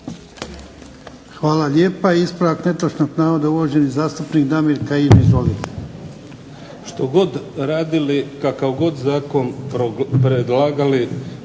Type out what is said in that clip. Hvala lijepa. Ispravak netočnog navoda uvaženi zastupnik Damir Kajin.